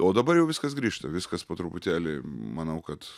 o dabar jau viskas grįžta viskas po truputėlį manau kad